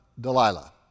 Delilah